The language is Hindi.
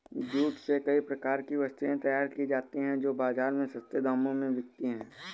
जूट से कई प्रकार की वस्तुएं तैयार की जाती हैं जो बाजार में सस्ते दामों में बिकती है